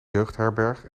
jeugdherberg